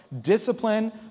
Discipline